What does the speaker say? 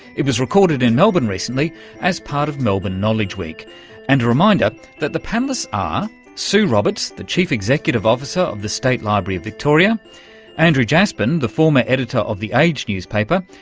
it was recorded in melbourne recently as part of melbourne knowledge week and a reminder that the panellists are sue roberts, the chief executive officer of the state library of victoria andrew jaspan, the former editor of the age newspaper,